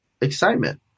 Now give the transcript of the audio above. Excitement